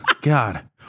God